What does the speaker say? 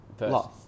lost